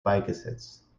beigesetzt